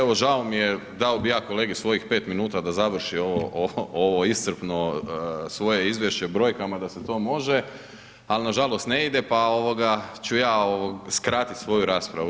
Evo žao mi je, dao bih ja kolegi svojih 5 minuta da završio ovo iscrpno svoje izvješće brojkama da se to može ali na žalost ne ide, pa ću ja skratiti svoju raspravu.